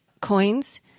coins